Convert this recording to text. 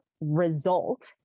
result